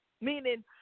Meaning